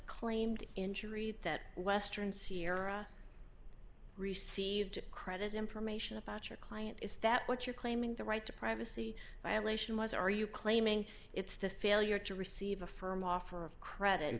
claimed injury that western sahara received credit information about your client is that what you're claiming the right to privacy violation was are you claiming it's the failure to receive a firm offer of credit